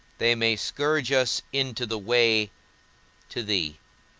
they may scourge us into the way to thee